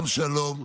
גם שלום.